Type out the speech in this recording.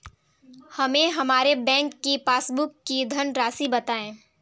हमें हमारे बैंक की पासबुक की धन राशि बताइए